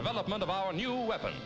development of our new weapon